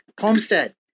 homestead